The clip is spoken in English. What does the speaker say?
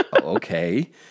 Okay